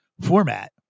format